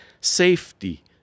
safety